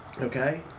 Okay